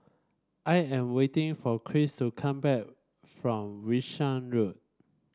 I am waiting for Christ to come back from Wishart Road